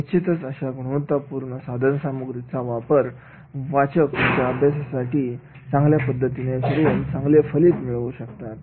निश्चितच अशा गुणवत्तापूर्ण साधनसामुग्रीचा वापर वाचक त्यांच्या अभ्यासक्रमासाठी चांगल्या पद्धतीने करून च़ांगले फलित मिळवू शकतात